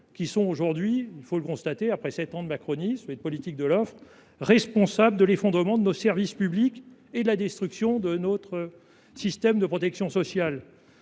qui sont aujourd’hui, il faut le constater après sept ans de macronisme et de politique de l’offre, responsables de l’effondrement de nos services publics et de la destruction de notre système de protection sociale.